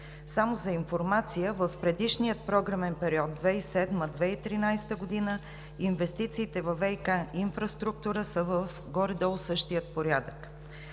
Само за информация: в предишния програмен период – 2007 – 2013 г., инвестициите във ВиК инфраструктура са горе-долу в същия порядък.